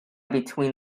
between